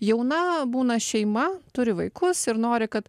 jauna būna šeima turi vaikus ir nori kad